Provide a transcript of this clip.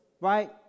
right